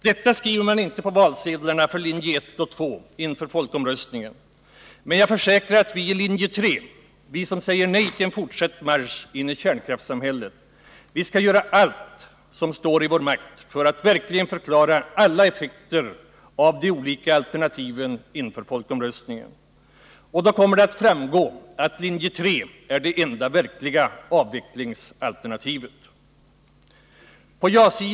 Detta skriver man inte på valsedlarna för linjerna 1 och 2 inför folkomröstningen. Men jag försäkrar att vi som står bakom linje 3, vi som säger nej till en fortsatt marsch in i kärnkraftssamhället, skall göra allt som står i vår makt att verkligen förklara alla effekter av de olika alternativen. Då kommer det att framgå att linje 3 är det enda verkliga avvecklingsalternativet.